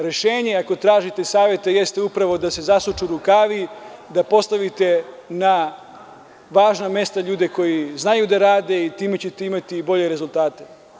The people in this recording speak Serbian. Rešenje ako tražite, savet jeste upravo da se zasuču rukavi, da postavite na važna mesta ljude koji znaju da rade i time ćete imati bolje rezultate.